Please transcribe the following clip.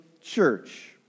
church